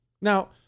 Now